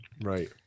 Right